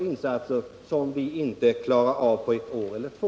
Sådana kan vi inte genomföra på ett år eller två.